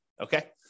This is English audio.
okay